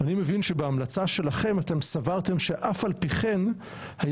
אני מבין שבהמלצה שלכם אתם סברתם שאף על פי כן היה